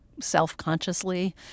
self-consciously